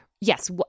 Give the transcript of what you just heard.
yes